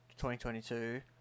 2022